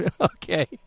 Okay